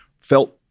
Felt